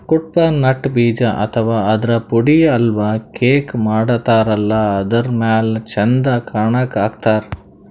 Cuddapah nut ಬೀಜ ಅಥವಾ ಆದ್ರ ಪುಡಿ ಹಲ್ವಾ, ಕೇಕ್ ಮಾಡತಾರಲ್ಲ ಅದರ್ ಮ್ಯಾಲ್ ಚಂದ್ ಕಾಣಕ್ಕ್ ಹಾಕ್ತಾರ್